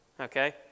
Okay